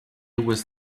was